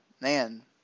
man